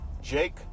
Jake